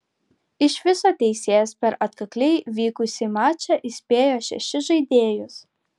iš viso teisėjas per atkakliai vykusį mačą įspėjo šešis žaidėjus